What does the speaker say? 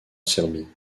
serbie